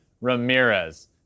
Ramirez